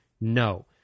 No